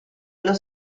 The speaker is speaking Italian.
allo